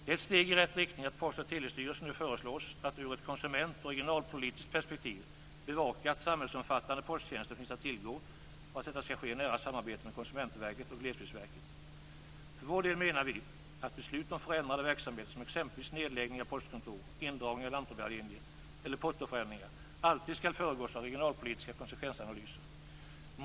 Det är ett steg i rätt riktning att Post och telestyrelsen nu föreslås att ur ett konsumentperspektiv och ur ett regionalpolitiskt perspektiv bevaka att samhällsomfattande posttjänster finns att tillgå och att detta skall ske i nära samarbete med Konsumentverket och Glesbygdsverket. För vår del menar vi att beslut om förändrade verksamheter, exempelvis nedläggning av postkontor, indragning av lantbrevbärarlinjer eller portoförändringar alltid skall föregås av regionalpolitiska konsekvensanalyser.